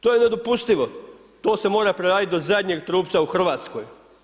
To je nedopustivo, to se mora preraditi do zadnjeg trupca u Hrvatskoj.